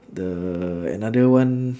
the another one